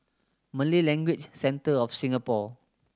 Malay Language Centre of Singapore